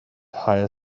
hire